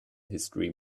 history